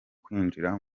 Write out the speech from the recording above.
kwinjira